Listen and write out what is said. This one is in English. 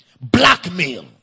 Blackmail